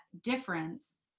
difference